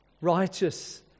righteous